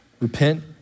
Repent